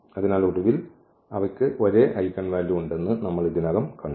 അതിനാൽ ഒടുവിൽ അവക്ക് ഒരേ ഐഗൻവാല്യൂ ഉണ്ടെന്ന് നമ്മൾ ഇതിനകം കണ്ടു